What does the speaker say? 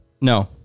No